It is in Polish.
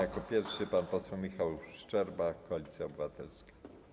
Jako pierwszy pan poseł Michał Szczerba, Koalicja Obywatelska.